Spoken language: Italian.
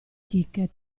ticket